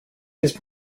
ist